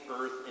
earth